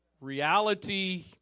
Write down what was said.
Reality